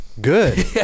Good